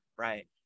right